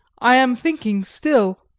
i am thinking still,